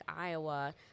Iowa